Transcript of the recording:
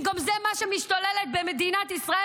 במקום זה מה שמשתולל במדינת ישראל